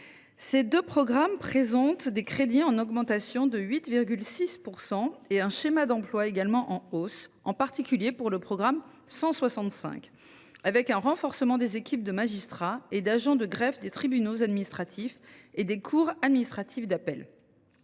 Ces deux programmes présentent des crédits en augmentation de 8,6 % et un schéma d’emploi également en hausse, en particulier pour le programme 165, avec un renforcement des équipes de magistrats et d’agents de greffes des tribunaux administratifs et des cours administratives d’appel.